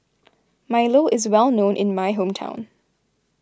Milo is well known in my hometown